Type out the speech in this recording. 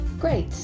Great